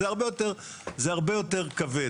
זה הרבה יותר כבד.